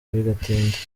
bigatinda